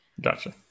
gotcha